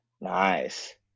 Nice